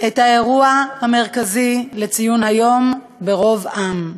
את האירוע המרכזי לציון היום ברוב עם.